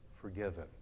forgiven